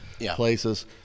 Places